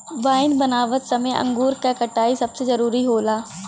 wine बनावत समय अंगूर क कटाई सबसे जरूरी होला